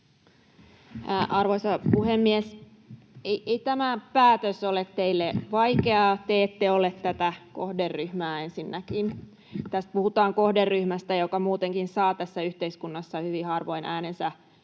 Arvoisa puhemies! Ei tämä päätös ole teille vaikea. Te ette ole tätä kohderyhmää ensinnäkään. Tässä puhutaan kohderyhmästä, joka muutenkin saa tässä yhteiskunnassa hyvin harvoin äänensä